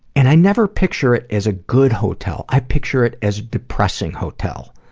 and i never picture it as a good hotel. i picture it as a depressing hotel.